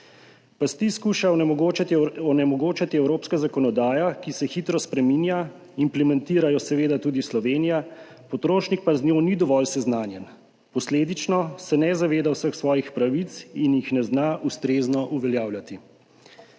Pasti skuša onemogočati evropska zakonodaja, ki se hitro spreminja, implementira jo seveda tudi Slovenija, potrošnik pa z njo ni dovolj seznanjen. Posledično se ne zaveda vseh svojih pravic in jih ne zna ustrezno uveljavljati.